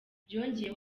yongeyeho